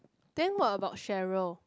then what about Cheryl